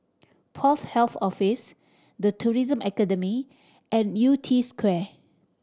Port Health Office The Tourism Academy and Yew Tee Square